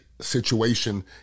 situation